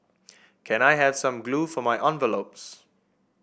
can I have some glue for my envelopes